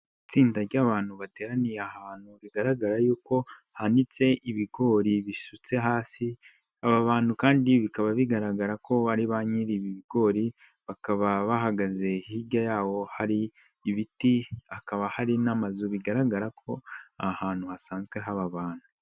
Itsinda ry'abantu bateraniye ahantu rigaragara yuko hanitse ibigori bisutse hasi, aba bantu kandi bikaba bigaragara ko ba nyiri'ibigori bakaba bahagaze hirya yawo hari ibiti, hakaba hari n'amazu bigaragara ko ahantu hasanzwe haba abantu.